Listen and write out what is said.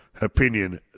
opinion